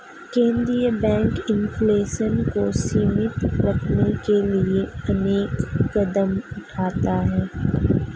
केंद्रीय bank inflation को सीमित रखने के लिए अनेक कदम उठाता है